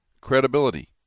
Credibility